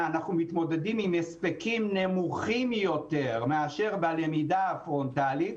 עם הספקים נמוכים יותר לעומת למידה פרונטלית,